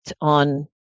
on